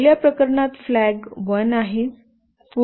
पहिल्या प्रकरणात फ्लॅग 1 आहे